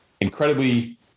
incredibly